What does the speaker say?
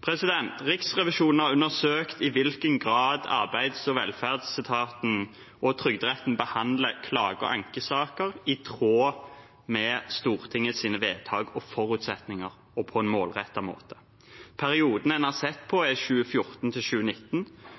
Riksrevisjonen har undersøkt i hvilken grad Arbeids- og velferdsetaten og Trygderetten behandler klage- og ankesaker i tråd med Stortingets vedtak og forutsetninger og på en målrettet måte. Perioden en har sett på,